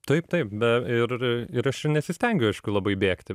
taip taip be ir ir aš ir nesistengiu aišku labai bėgti